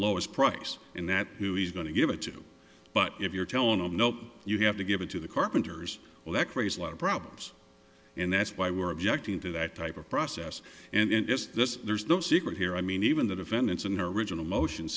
lowest price in that who he's going to give it to but if you're telling of no you have to give it to the carpenters well that phrase a lot of problems and that's why we are objecting to that type of process and it's this there's no secret here i mean even the defendants in her original motion